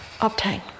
obtain